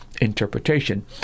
interpretation